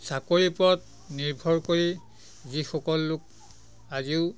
চাকৰিৰ ওপৰত নিৰ্ভৰ কৰি যিসকল লোক আজিও